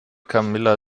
camilla